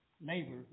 neighbor